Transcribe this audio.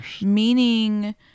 meaning